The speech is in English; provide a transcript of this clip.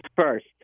first